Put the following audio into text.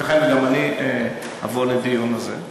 ייתכן שגם אני אבוא לדיון הזה.